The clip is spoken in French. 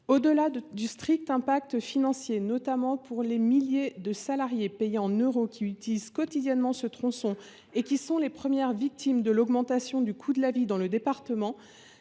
Au delà du strict impact financier, notamment pour les milliers de salariés payés en euros qui utilisent quotidiennement ce tronçon et qui sont les premières victimes de l’augmentation du coût de la vie dans le département,